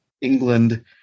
England